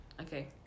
Okay